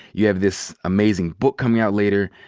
you have this amazing book coming out later.